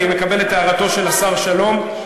אני מקבל את הערתו של השר שלום.